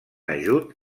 ajut